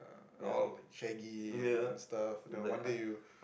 oh shaggy and and stuff one day you